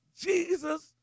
Jesus